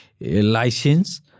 license